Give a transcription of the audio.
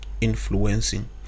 influencing